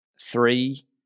three